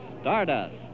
Stardust